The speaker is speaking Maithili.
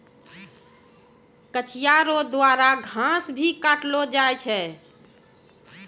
कचिया रो द्वारा घास भी काटलो जाय छै